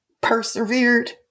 persevered